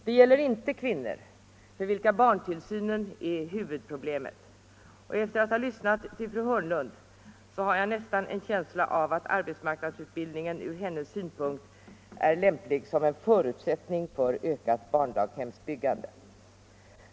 Det gäller inte kvinnor för vilka barntillsynen är huvudproblemet, och sedan jag lyssnat till fru Hörnlund har jag nästan en känsla av att arbetsmarknadsutbildningen ur hennes synpunkt är angelägen som en förutsättning för ökat barndaghemsbyggande.